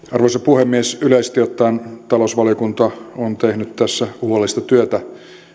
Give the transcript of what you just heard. arvoisa puhemies yleisesti ottaen talousvaliokunta on tehnyt tässä huolellista työtä